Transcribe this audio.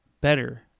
better